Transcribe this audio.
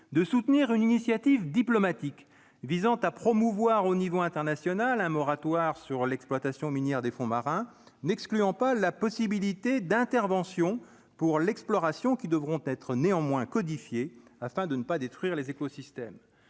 de soutenir une initiative diplomatique visant à promouvoir au niveau international, un moratoire sur l'exploitation minière des fonds marins, n'excluant pas la possibilité d'intervention pour l'exploration qui devront être néanmoins codifié afin de ne pas détruire les écosystèmes